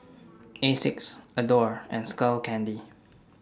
Asics Adore and Skull Candy